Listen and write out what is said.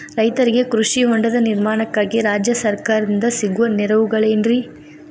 ರೈತರಿಗೆ ಕೃಷಿ ಹೊಂಡದ ನಿರ್ಮಾಣಕ್ಕಾಗಿ ರಾಜ್ಯ ಸರ್ಕಾರದಿಂದ ಸಿಗುವ ನೆರವುಗಳೇನ್ರಿ?